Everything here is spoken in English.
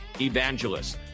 evangelists